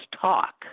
talk